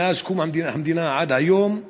מאז קום המדינה עד היום.